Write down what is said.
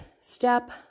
step